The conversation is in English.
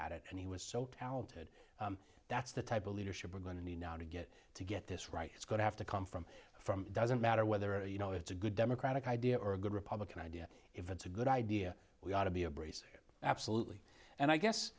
at it and he was so talented that's the type of leadership we're going to need now to get to get this right it's going to have to come from from doesn't matter whether you know it's a good democratic idea or a good republican idea if it's a good idea we ought to be a breeze absolutely and i guess